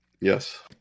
yes